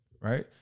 right